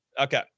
Okay